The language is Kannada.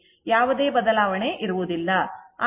ಯಾವುದೇ ಬದಲಾವಣೆ ಇರುವುದಿಲ್ಲ